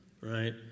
right